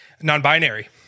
Non-binary